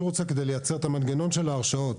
רוצה כדי לייצר את המנגנון של ההרשאות.